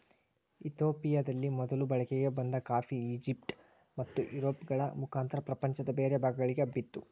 ಇತಿಯೋಪಿಯದಲ್ಲಿ ಮೊದಲು ಬಳಕೆಗೆ ಬಂದ ಕಾಫಿ, ಈಜಿಪ್ಟ್ ಮತ್ತುಯುರೋಪ್ಗಳ ಮುಖಾಂತರ ಪ್ರಪಂಚದ ಬೇರೆ ಭಾಗಗಳಿಗೆ ಹಬ್ಬಿತು